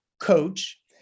coach